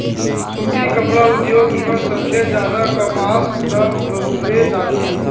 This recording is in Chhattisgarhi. सुती कपड़ा उद्योग म सबले जादा कपसा ल बउरे जाथे